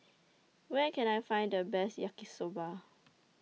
Where Can I Find The Best Yaki Soba